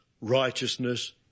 righteousness